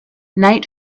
night